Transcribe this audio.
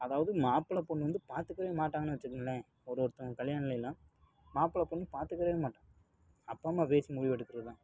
அதாவது மாப்பிளை பொண்ணு வந்து பார்த்துக்கவே மாட்டாங்கன்னு வெச்சுக்குங்களேன் ஒரு ஒருத்தவங்க கல்யாணலெல்லாம் மாப்பிளை பொண்ணு பார்த்துக்கவே மாட்டாங்க அப்பா அம்மா பேசி முடிவெடுக்கிறதுதான்